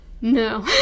No